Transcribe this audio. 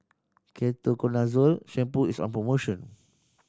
Ketoconazole Shampoo is on promotion